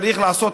צריך לעשות,